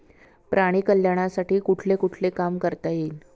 प्राणी कल्याणासाठी कुठले कुठले काम करता येईल?